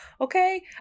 Okay